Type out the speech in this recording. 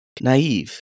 naive